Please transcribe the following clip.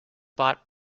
bought